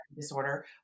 disorder